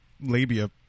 labia